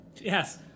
Yes